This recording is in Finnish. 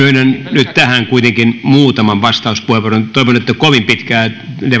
nyt tähän kuitenkin muutaman vastauspuheenvuoron toivon että kovin